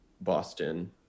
Boston